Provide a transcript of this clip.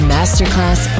Masterclass